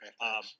Okay